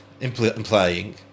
implying